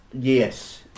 Yes